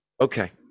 Okay